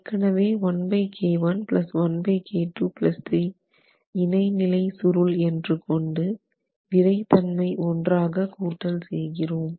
ஏற்கனவே இணை நிலை சுருள் என்று கொண்டு விறை தன்மை ஒன்றாக கூட்டல் செய்தோம்